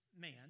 man